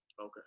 Okay